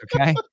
okay